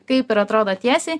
kaip ir atrodo tiesiai